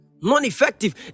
non-effective